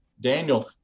Daniel